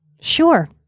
Sure